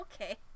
Okay